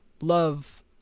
love